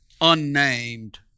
unnamed